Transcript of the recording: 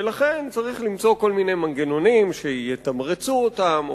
ולכן צריך למצוא כל מיני מנגנונים שיתמרצו אותם,